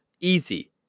Easy